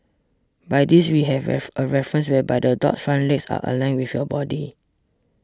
by this we have a reference whereby the dog's front legs are aligned with your body